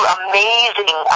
amazing